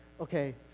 okay